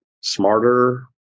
smarter